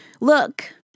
Look